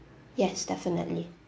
yes definitely